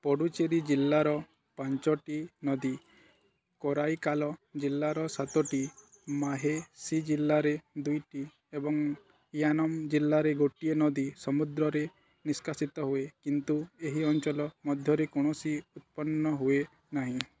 ପୁଡ଼ୁଚେରୀ ଜିଲ୍ଲାର ପାଞ୍ଚଟି ନଦୀ କରାଇକାଲ ଜିଲ୍ଲାର ସାତଟି ମାହେସି ଜିଲ୍ଲାରେ ଦୁଇଟି ଏବଂ ୟାନମ ଜିଲ୍ଲାରେ ଗୋଟିଏ ନଦୀ ସମୁଦ୍ରରେ ନିଷ୍କାସିତ ହୁଏ କିନ୍ତୁ ଏହି ଅଞ୍ଚଳ ମଧ୍ୟରେ କୌଣସି ଉତ୍ପନ୍ନ ହୁଏ ନାହିଁ